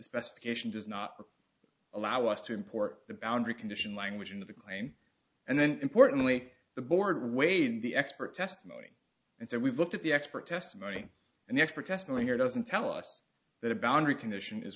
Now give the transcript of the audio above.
specification does not allow us to import the boundary condition language into the claim and then importantly the board way to the expert testimony and so we've looked at the expert testimony and the expert testimony here doesn't tell us that a boundary condition is